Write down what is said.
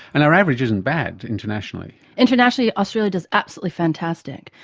and our average isn't bad internationally. internationally australia does absolutely fantastic,